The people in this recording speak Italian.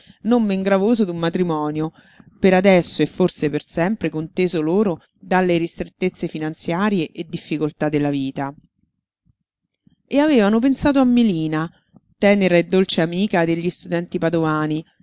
non men gravoso d'un matrimonio per adesso e forse per sempre conteso loro dalle ristrettezze finanziarie e difficoltà della vita e avevano pensato a melina tenera e dolce amica degli studenti padovani